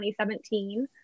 2017